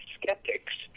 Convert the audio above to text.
skeptics